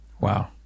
Wow